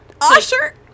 Usher